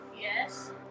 Yes